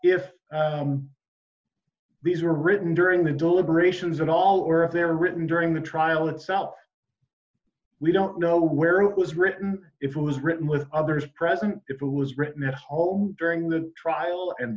if these were written during the deliberations at all or if they're written during the trial itself we don't know where it was written if it was written with others present if it was written at home during the trial and